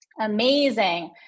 Amazing